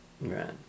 Right